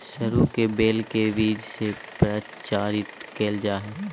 सरू के बेल के बीज से प्रचारित कइल जा हइ